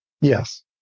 Yes